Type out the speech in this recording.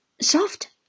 soft